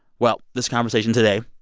well, this conversation today,